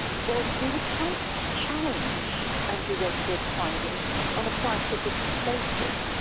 was we were trying to challenge andrew wakefield's findings on a scientific basis.